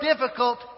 difficult